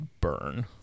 burn